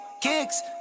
kicks